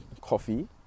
coffee